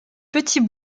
petits